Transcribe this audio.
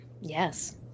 Yes